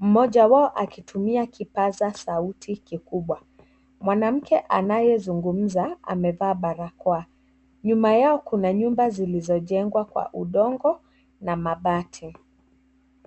mmoja wao alitumia kipaza sauti kikubwa. Mwanamke anayezungumza amevaa barakoa. Nyuma yao kuna nyumba zilizojengwa kwa udongo na mabati.